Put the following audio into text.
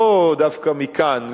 לא דווקא מכאן,